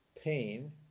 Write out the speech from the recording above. pain